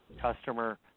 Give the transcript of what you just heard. customer